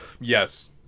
Yes